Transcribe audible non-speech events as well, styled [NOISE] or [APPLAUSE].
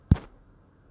[NOISE]